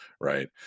right